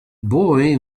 boy